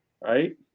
right